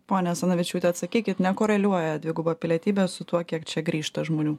ponia asanavičiūte atsakykit nekoreliuoja dviguba pilietybė su tuo kiek čia grįžta žmonių